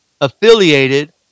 affiliated